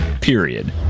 Period